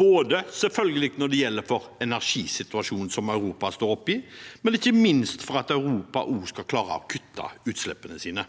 både selvfølgelig når det gjelder energisituasjonen som Europa står oppe i, og ikke minst for at også Europa skal klare å kutte utslippene sine.